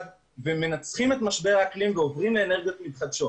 ומנצחים את משבר האקלים ועוברים לאנרגיות מתחדשות.